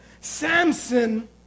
Samson